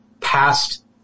past